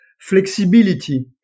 Flexibility